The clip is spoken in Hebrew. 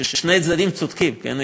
ששני הצדדים צודקים, כן?